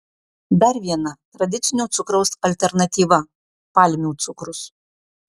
dar viena tradicinio cukraus alternatyva palmių cukrus